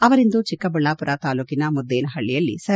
ಅವರಿಂದು ಚಿಕ್ಕಬಳ್ಳಾಮರ ತಾಲೂಕಿನ ಮುದ್ದೇನಹಳ್ಳಿಯಲ್ಲಿ ಸರ್